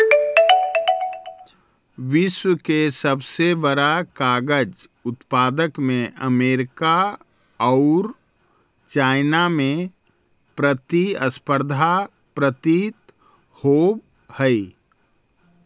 विश्व के सबसे बड़ा कागज उत्पादक में अमेरिका औउर चाइना में प्रतिस्पर्धा प्रतीत होवऽ हई